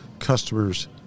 Customers